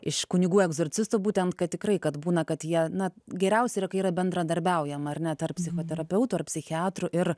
iš kunigų egzorcistų būtent kad tikrai kad būna kad jie na geriausia yra kai yra bendradarbiaujama ar ne tarp psichoterapeutų ar psichiatrų ir